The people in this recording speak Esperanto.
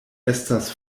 estas